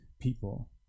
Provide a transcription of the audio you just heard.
people